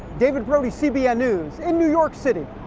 david brody, cbn news, in new york city.